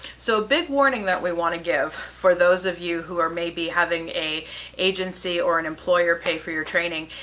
so big warning that we wanna give for those of you who are maybe having a agency or an employer pay for your training,